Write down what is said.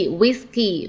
whiskey